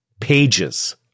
pages